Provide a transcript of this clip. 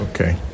Okay